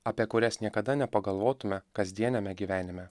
apie kurias niekada nepagalvotume kasdieniame gyvenime